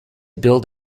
build